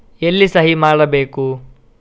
ಎಲ್ಲಿ ಸಹಿ ಮಾಡಬೇಕು?